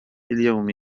اليوم